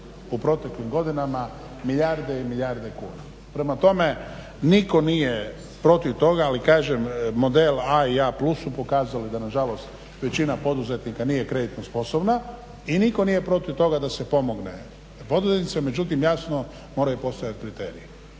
u proteklim godinama milijarde i milijarde kuna. Prema tome, niko nije protiv toga, ali kažem model A i A+ su pokazali da nažalost većina poduzetnika nije kreditno sposobna i nitko nije protiv toga da se pomogne poduzetnicima, međutim jasno moraju postojati kriteriji,